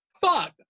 Fuck